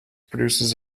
produces